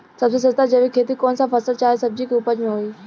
सबसे सस्ता जैविक खेती कौन सा फसल चाहे सब्जी के उपज मे होई?